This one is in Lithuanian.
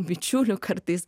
bičiulių kartais